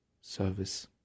service